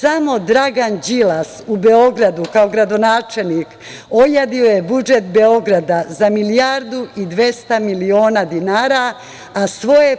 Samo Dragan Đilas u Beogradu, kao gradonačelnik, ojadio je budžet Beograda za milijardu i 200 miliona dinara, a svoje